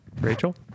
Rachel